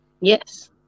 Yes